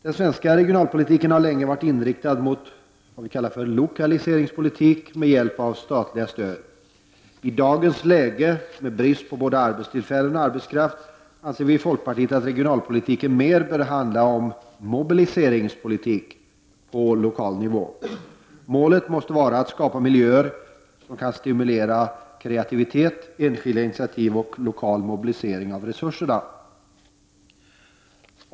Den svenska regionalpolitiken har länge varit inriktad mot ”lokaliseringspolitik” med hjälp av statliga stöd. I dagens läge med brist på både arbetstillfällen och arbetskraft anser vi i folkpartiet att regionalpolitiken mer bör handla om ”mobiliseringspolitik” på lokal nivå. Målet måste vara att skapa miljöer som kan stimulera kreativitet, enskilda initiativ och lokal mobilisering av resurserna.